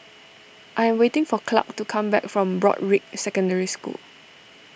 I am waiting for Clark to come back from Broadrick Secondary School